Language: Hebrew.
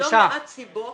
יש לא מעט סיבות